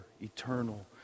eternal